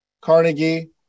Carnegie